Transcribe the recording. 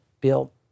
built